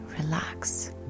relax